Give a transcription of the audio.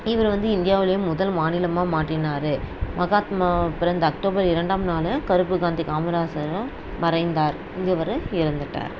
இவர் வந்து இந்தியாவிலையே முதல் மாநிலமாக மாற்றினார் மஹாத்மா பிறந்த அக்டோபர் இரண்டாம் நாள் கருப்பு காந்தி காமராஜரும் மறைந்தார் இவர் இறந்துட்டார்